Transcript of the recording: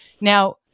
Now